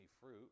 fruit